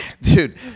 dude